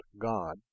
God